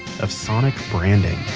of sonic branding